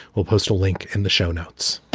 we'll post a link in the show notes